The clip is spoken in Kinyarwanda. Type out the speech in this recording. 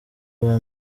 uwa